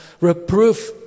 reproof